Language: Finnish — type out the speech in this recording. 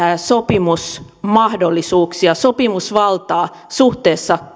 sopimusmahdollisuuksia sopimusvaltaa suhteessa